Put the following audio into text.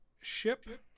ship